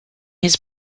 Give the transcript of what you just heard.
his